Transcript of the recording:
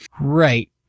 Right